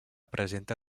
presenta